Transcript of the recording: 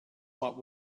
what